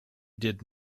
did